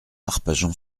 arpajon